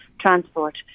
transport